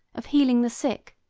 of healing the sick,